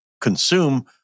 consume